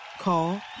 Call